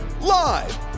Live